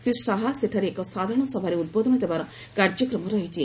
ଶ୍ରୀ ଶାହା ସେଠାରେ ଏକ ସାଧାରଣ ସଭାରେ ଉଦ୍ବୋଧନ ଦେବାର କାର୍ଯ୍ୟକ୍ରମ ରହିଛି